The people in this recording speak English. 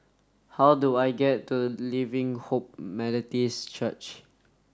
how do I get to Living Hope Methodist Church